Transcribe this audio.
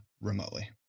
remotely